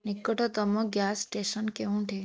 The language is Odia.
ନିକଟତମ ଗ୍ୟାସ ଷ୍ଟେସନ କେଉଁଠି